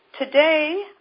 Today